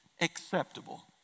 acceptable